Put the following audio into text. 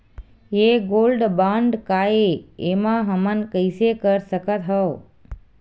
ये gold bond काय ए एमा हमन कइसे कर सकत हव?